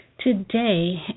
today